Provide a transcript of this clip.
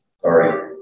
sorry